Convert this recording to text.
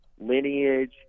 lineage